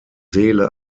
seele